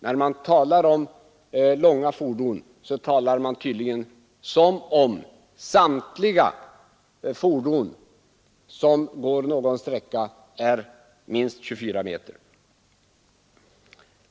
När man talar om långa fordon, verkar det som om samtliga lastbilar som går någon sträcka är minst 24 meter långa!